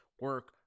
Work